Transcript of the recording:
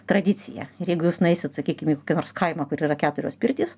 tradicija ir jeigu jūs nueisit sakykim į kokį nors kaimą kur yra keturios pirtys